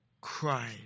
Cried